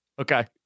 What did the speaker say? Okay